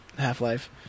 half-life